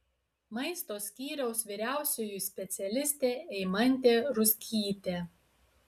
maisto skyriaus vyriausioji specialistė eimantė ruzgytė